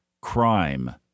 crime